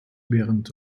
während